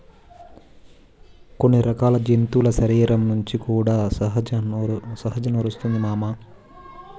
కొన్ని రకాల జంతువుల శరీరం నుంచి కూడా సహజ నారొస్తాది మామ